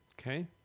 Okay